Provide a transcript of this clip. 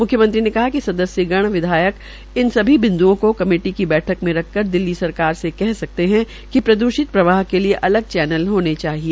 मुख्यमंत्री ने कहा कि सदस्यगण विधायक इन सभी बिन्दुओं को कमेटी की बैठक में रख का दिल्ली सरकार से कह सकते है कि प्रद्रषित प्रवाह के लिए अपना चैनल होने चाहिए